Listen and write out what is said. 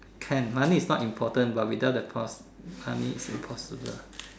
can money is not important but without the cost money is impossible